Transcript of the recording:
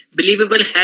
Believable